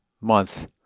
month